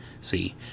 See